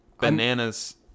bananas